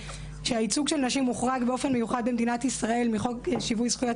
והייצוג של נשים מוחרג באופן מיוחד במדינת ישראל מחוק שיווי זכויות